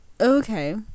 Okay